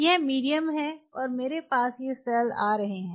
यह मीडियम है और मेरे पास ये सेल आ रहे हैं